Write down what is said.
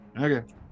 Okay